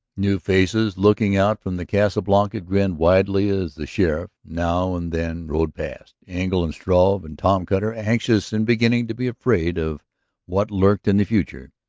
new faces, looking out from the casa blanca, grinned widely as the sheriff now and then rode past. engle and struve and tom cutter, anxious and beginning to be afraid of what lurked in the future,